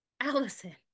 allison